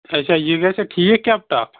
اچھا یہِ گژھیا ٹھیٖک کیپٹَاپ